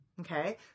okay